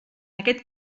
aquest